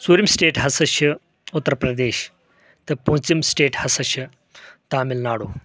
ژورِم سٹیٹ ہسا چھِ اُترپردش تہٕ پونٛژِم سٹیٹ ہسا چھِ تامل ناڈو